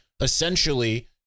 essentially